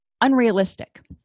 unrealistic